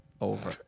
over